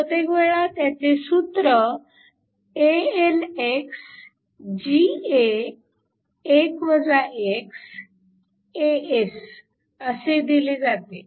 बहुतेक वेळा त्याचे सूत्र AlxGa1 xAs असे दिले जाते